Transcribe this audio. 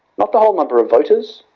not the whole number of voters,